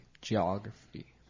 geography